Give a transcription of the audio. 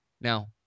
Now